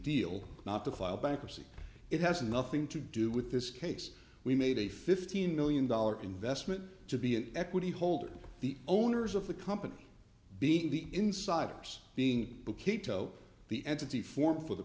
deal not to file bankruptcy it has nothing to do with this case we made a fifteen million dollars investment to be an equity holders the owners of the company being the insiders being to keep though the entity for for the